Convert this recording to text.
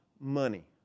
money